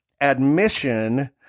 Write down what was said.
Admission